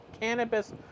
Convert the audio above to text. cannabis